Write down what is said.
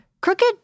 Crooked